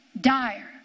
Dire